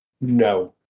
No